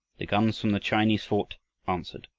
the guns from the chinese fort answered,